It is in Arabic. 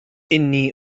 إني